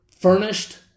furnished